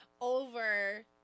over